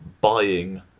buying